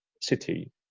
city